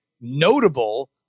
notable